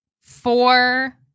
four